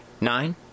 Nine